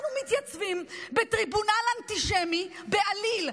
אנחנו מתייצבים בטריבונל אנטישמי בעליל.